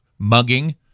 mugging